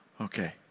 Okay